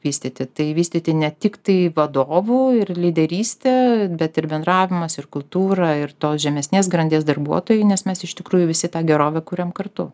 vystyti tai vystyti ne tik tai vadovų ir lyderystę bet ir bendravimas ir kultūra ir tos žemesnės grandies darbuotojai nes mes iš tikrųjų visi tą gerovę kuriam kartu